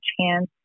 chance